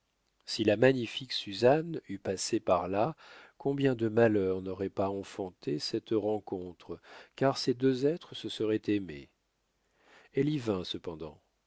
si la magnifique suzanne eût passé par là combien de malheurs n'aurait pas enfantés cette rencontre car ces deux êtres se seraient aimés elle y vint cependant